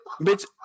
Bitch